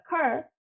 occur